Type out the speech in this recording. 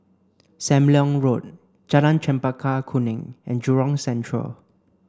Sam Leong Road Jalan Chempaka Kuning and Jurong Central